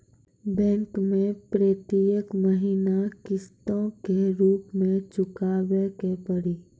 Bank मैं प्रेतियेक महीना किस्तो के रूप मे चुकाबै के पड़ी?